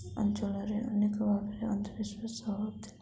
ଅଞ୍ଚଳରେ ଅନେକ ଭାବରେ ଅନ୍ଧବିଶ୍ୱାସ ହେଉଥିଲା